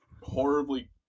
horribly